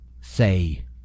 Say